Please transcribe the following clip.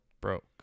broke